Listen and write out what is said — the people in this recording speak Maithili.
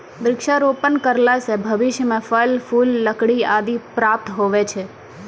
वृक्षारोपण करला से भविष्य मे फल, फूल, लकड़ी आदि प्राप्त हुवै छै